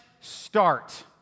start